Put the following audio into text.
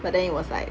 but then it was like